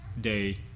day